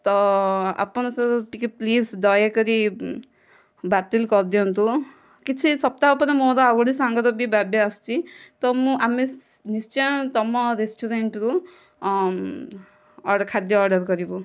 ତ ଆପଣ ସେ ଟିକେ ପ୍ଲୀଜ ଦୟାକରି ବାତିଲ୍ କରିଦିଅନ୍ତୁ କିଛି ସପ୍ତାହ ପରେ ମୋ ଆଉ ଗୋଟିଏ ସାଙ୍ଗର ବାର୍ଥଡେ' ଆସୁଛି ତ ମୁଁ ଆମେ ନିଶ୍ଚୟ ତୁମ ରେସ୍ଟୁରାଣ୍ଟରୁ ଅର୍ଡ଼ର ଖାଦ୍ୟ ଅର୍ଡ଼ର କରିବୁ